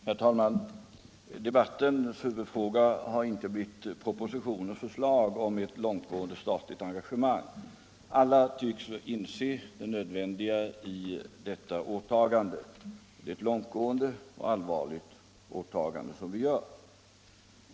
Herr talman! Debattens huvudfråga har inte varit propositionens förslag om ett långtgående statligt engagemang. Alla tycks inse det nödvändiga i detta åtagande. Det är alltså ett långtgående och allvarligt åtagande vi gör.